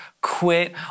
quit